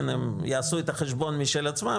הם יעשו את החשבון של עצמם,